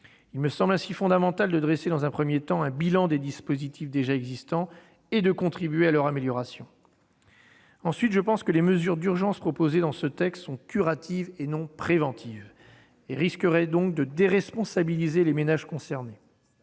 Il me semble donc fondamental de commencer par dresser un bilan des dispositifs déjà existants et de contribuer à leur amélioration. Ensuite, les mesures d'urgence proposées dans ce texte sont curatives et non préventives. Elles risqueraient donc de déresponsabiliser les ménages concernés.